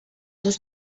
seus